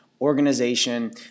organization